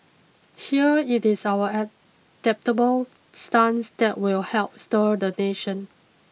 here it is our adaptable stance that will help stir the nation